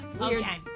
Okay